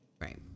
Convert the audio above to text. Right